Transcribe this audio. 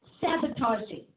sabotaging